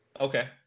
Okay